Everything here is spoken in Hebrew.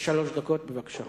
בבקשה.